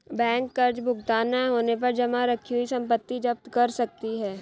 bank कर्ज भुगतान न होने पर जमा रखी हुई संपत्ति जप्त कर सकती है